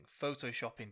photoshopping